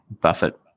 buffett